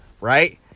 Right